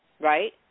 right